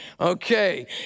Okay